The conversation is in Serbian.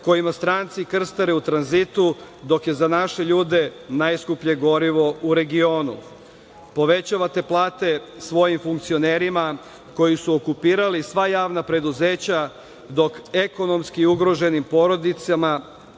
kojima stranci krstare u tranzitu, dok je za naše ljude najskuplje gorivo u regionu. Povećavate plate svojim funkcionerima koji su okupirali sva javna preduzeća, dok ekonomski ugroženim porodicama